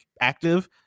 active